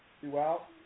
throughout